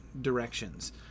directions